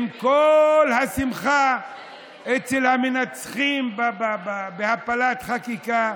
עם כל השמחה של המנצחים בהפלת חקיקה,